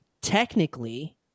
technically